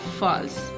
false